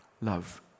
love